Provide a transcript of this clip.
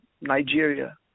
Nigeria